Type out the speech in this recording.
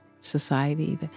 society